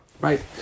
right